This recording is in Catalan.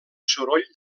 soroll